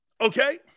Okay